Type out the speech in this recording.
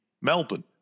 melbourne